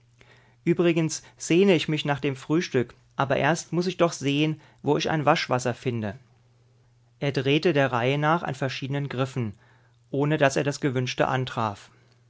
übrigens sehne ich mich nach dem frühstück aber erst muß ich doch sehen wo ich ein waschwasser finde er drehte der reihe nach an verschiedenen griffen ohne daß er das gewünschte antraf